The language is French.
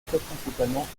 principalement